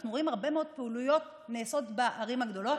אנחנו רואים הרבה מאוד פעילויות שנעשות בערים הגדולות.